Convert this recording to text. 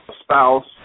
spouse